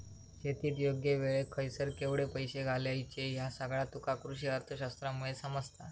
शेतीत योग्य वेळेक खयसर केवढे पैशे घालायचे ह्या सगळा तुका कृषीअर्थशास्त्रामुळे समजता